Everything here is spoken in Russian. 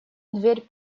дверь